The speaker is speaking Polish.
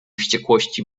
wściekłości